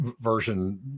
version